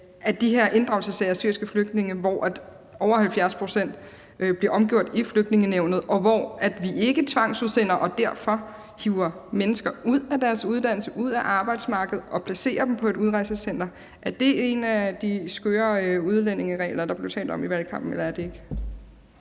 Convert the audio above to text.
om de her inddragelsessager i forbindelse med syriske flygtninge, hvor over 70 pct. af dem bliver omgjort i Flygtningenævnet, og hvor vi ikke tvangsudsender og derfor hiver mennesker ud af deres uddannelse, ud af arbejdsmarkedet og placerer dem på et udrejsecenter. Eller hvad er det? Kl. 21:05 Formanden (Søren Gade):